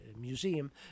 museum